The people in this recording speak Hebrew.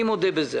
ואני מודה בזה.